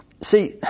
see